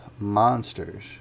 Monsters